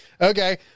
Okay